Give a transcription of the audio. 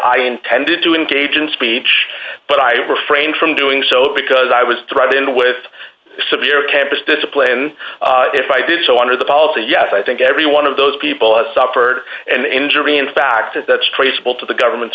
said i intended to engage in speech but i refrained from doing so because i was threatened with severe campus discipline if i did so under the policy yes i think every one of those people have suffered an injury in fact if that's traceable to the government's